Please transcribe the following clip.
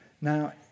Now